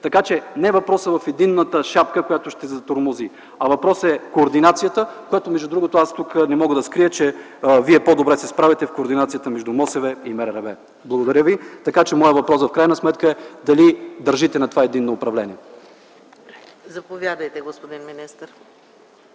Така че не е въпросът в единната шапка, която ви затормози, а въпросът е в координацията, която между другото, аз тук не мога да скрия, че Вие по-добре се справяте в координацията между МОСВ и МРРБ. Така че моят въпрос в крайна сметка е дали държите на това единно управление? ПРЕДСЕДАТЕЛ ЕКАТЕРИНА